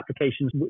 applications